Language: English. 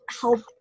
help